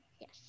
yes